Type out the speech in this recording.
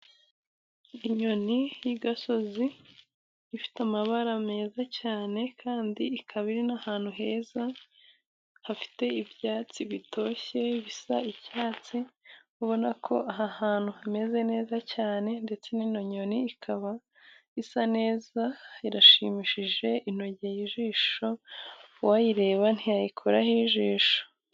Inyoni y'igasozi ifite amabara meza cyane kandi ikaba iri n'ahantu heza hafite ibyatsi bitoshye ,bisa icyatsi ubona ko aha hantu hameze neza cyane, ndetse n'inyoni ikaba isa neza irashimishije inogeye ijisho ,uwayireba ntiyayikuraho ijisho.